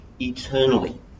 eternally